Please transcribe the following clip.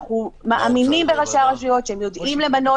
אנחנו מאמינים בראשי הרשויות, שהם יודעים למנות.